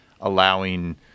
allowing